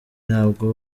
ntabwo